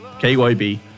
KYB